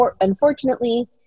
unfortunately